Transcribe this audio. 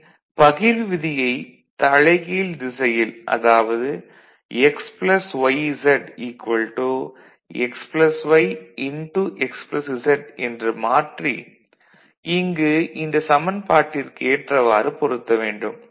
பின் பகிர்வு விதியை தலைகீழ் திசையில் அதாவது xyz xyxz என்று மாற்றி இங்கு இந்த சமன்பாட்டிற்கு ஏற்றவாறு பொருத்த வேண்டும்